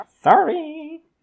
Sorry